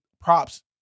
props